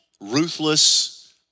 ruthless